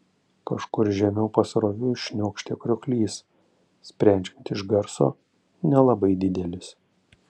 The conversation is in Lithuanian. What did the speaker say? kažkur žemiau pasroviui šniokštė krioklys sprendžiant iš garso nelabai didelis